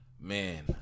Man